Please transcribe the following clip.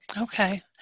Okay